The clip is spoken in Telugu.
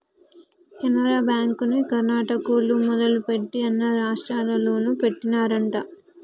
కెనరా బ్యాంకుని కర్ణాటకోల్లు మొదలుపెట్టి అన్ని రాష్టాల్లోనూ పెట్టినారంట